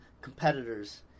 competitors